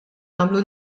għamlu